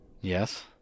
Yes